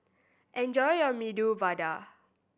enjoy your Medu Vada